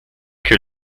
que